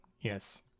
Yes